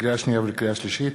לקריאה שנייה ולקריאה שלישית: